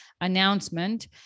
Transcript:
announcement